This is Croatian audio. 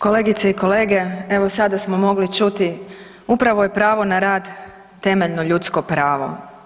Kolegice i kolege, evo sada smo mogli čuti upravo je pravo na rad temeljeno ljudsko pravo.